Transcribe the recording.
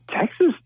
Texas